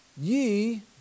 Ye